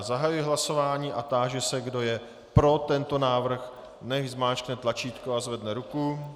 Zahajuji hlasování a táži se, kdo je pro tento návrh, nechť stiskne tlačítko a zvedne ruku.